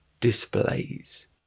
displays